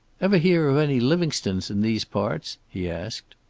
ever hear of any livingstones in these parts? he asked.